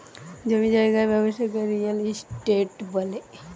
জমি জায়গার ব্যবসাকে রিয়েল এস্টেট বলতিছে